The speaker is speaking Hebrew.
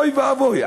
אוי ואבוי.